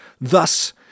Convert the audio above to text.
Thus